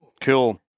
Cool